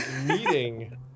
meeting